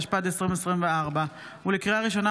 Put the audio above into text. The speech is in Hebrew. התשפ"ד 2024. לקריאה ראשונה,